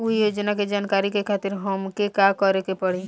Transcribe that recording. उ योजना के जानकारी के खातिर हमके का करे के पड़ी?